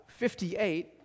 58